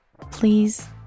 please